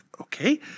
okay